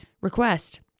request